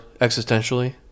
Existentially